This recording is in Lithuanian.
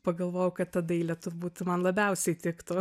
pagalvojau kad ta dailė turbūt man labiausiai tiktų